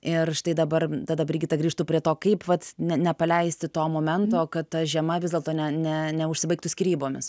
ir štai dabar tada brigita grįžtu prie to kaip vat ne nepaleisti to momento kad ta žiema vis dėlto ne ne neužsibaigtų skyrybomis